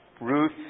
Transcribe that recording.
Ruth